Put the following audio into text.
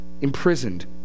imprisoned